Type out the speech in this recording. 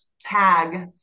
tag